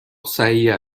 صحیح